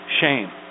shame